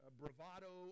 bravado